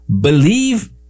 believe